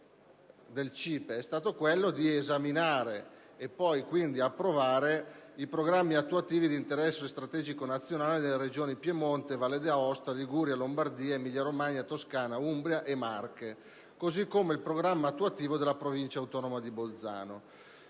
significative del CIPE è stata quella di esaminare e quindi approvare i programmi attuativi di interesse strategico nazionale delle Regioni Piemonte, Valle d'Aosta, Liguria, Lombardia, Emilia-Romagna, Toscana, Umbria e Marche, così come il programma attuativo della Provincia autonoma di Bolzano.